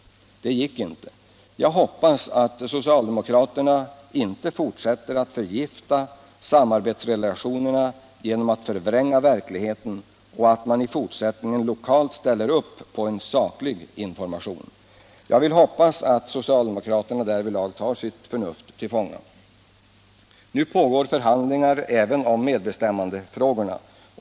Det gick inte. Jag hoppas att socialdemokraterna inte fortsätter att förgifta samarbetsrelationerna genom att förvränga verkligheten och att man i fortsättningen lokalt ställer upp på en saklig information. Jag vill hoppas att socialdemokraterna därvidlag tar sitt förnuft till fånga. Nu pågår förhandlingar även om medbestämmandefrågorna.